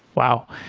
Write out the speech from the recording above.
wow.